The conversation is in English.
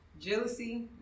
jealousy